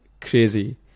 crazy